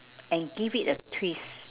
and give it a twist